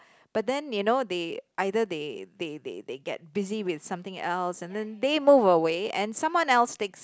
but then you know they either they they they they gets busy with something else and then they move away and someone else takes